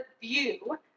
view